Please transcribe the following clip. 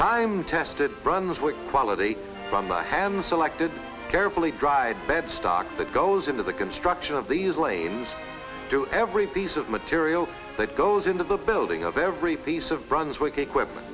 time tested brunswick quality from the hand selected carefully dried bed stock that goes into the construction of these lanes to every piece of material that goes into the building of every piece of brunswick equipment